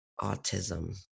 autism